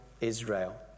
Israel